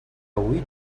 huit